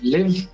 Live